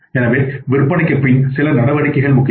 எனவே விற்பனைக்குப் பின் சில நடவடிக்கைகள் முக்கியம்